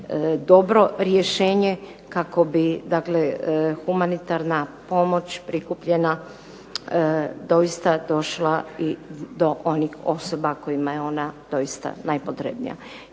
dobro rješenje kako bi dakle humanitarna pomoć prikupljena doista došla i do onih osoba kojima je ona doista najpotrebnija.